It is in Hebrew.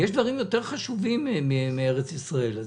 שיש דברים יותר חשובים מארץ ישראל.